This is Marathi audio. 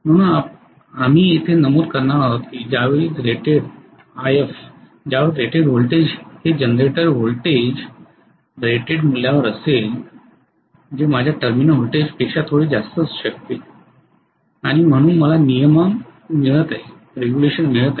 म्हणून आम्ही येथे नमूद करणार आहोत की ज्यावेळी रेटेड If ज्यावर रेटेड व्होल्टेज हे जनरेटर व्होल्टेज रेटेड मूल्यावर असेल जे माझ्या टर्मिनल व्होल्टेज पेक्षा थोडे जास्त असू शकते आणि म्हणून मला नियमन मिळत आहे